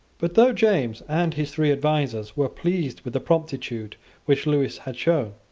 but though james and his three advisers were pleased with the promptitude which lewis had shown,